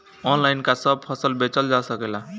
Online का सब फसल बेचल जा सकेला?